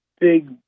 big